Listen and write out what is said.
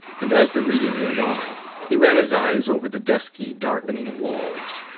and as the reading went on, he ran his eyes over the dusky, darkening walls.